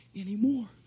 anymore